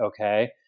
okay